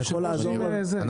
אתה יכול לעזור לנו בזה?